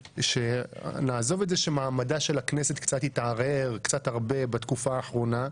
שנעזוב את זה שמעמד הכנסת קצת הרבה התערער בתקופה האחרונה.